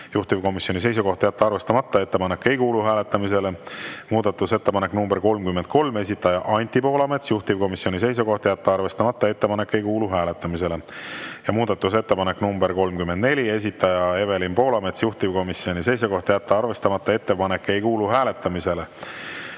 Juhtivkomisjoni seisukoht on jätta arvestamata. Ettepanek ei kuulu hääletamisele. Muudatusettepanek nr 33, esitaja Anti Poolamets. Juhtivkomisjoni seisukoht on jätta arvestamata. Ettepanek ei kuulu hääletamisele. Muudatusettepanek nr 34, esitaja Evelin Poolamets. Juhtivkomisjoni seisukoht on jätta arvestamata. Ettepanek ei kuulu hääletamisele.